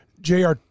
Jr